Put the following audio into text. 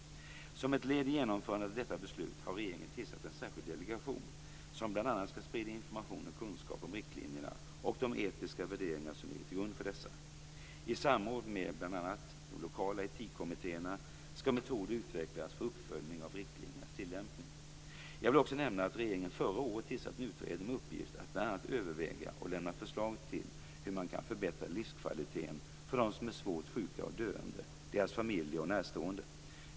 Som ett led i genomförandet av detta beslut har regeringen tillsatt en särskild delegation som bl.a. skall sprida information och kunskap om riktlinjerna och de etiska värderingar som ligger till grund för dessa. I samråd med bl.a. de lokala etikkommittéerna skall metoder utvecklas för uppföljning av riktlinjernas tillämpning. Jag vill också nämna att regeringen förra året tillsatte en utredning med uppgift att bl.a. överväga och lämna förslag till hur man kan förbättra livskvaliteten för dem som är svårt sjuka och döende, deras familjer och närstående.